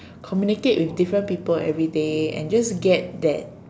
communicate with different people everyday and just get that